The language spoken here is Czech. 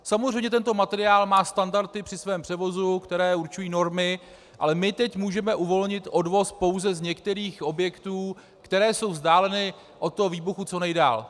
Samozřejmě tento materiál má standardy při svém převozu, které určují normy, ale my teď můžeme uvolnit odvoz pouze z některých objektů, které jsou vzdáleny od toho výbuchu co nejdál.